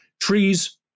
trees